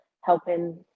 helping